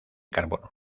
carbono